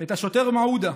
את השוטר מעודה,